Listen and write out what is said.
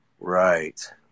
right